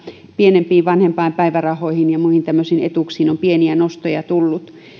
pienempiin vanhempainpäivärahoihin ja muihin tämmöisiin etuuksiin on pieniä nostoja tullut